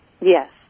Yes